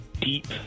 deep